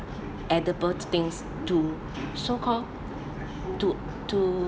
edible things to so called to to